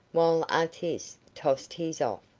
while artis tossed his off,